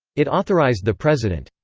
it authorized the president,